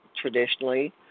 traditionally